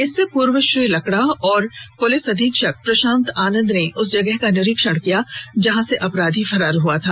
इससे पूर्व श्री लकड़ा और पुलिस अधीक्षक प्रशांत आनंद ने उस जगह का निरीक्षण किया जहां से अपराधी फरार हुआ था